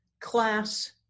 class